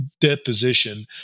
deposition